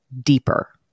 deeper